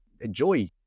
enjoy